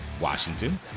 Washington